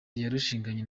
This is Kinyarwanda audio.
yarushinganye